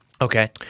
Okay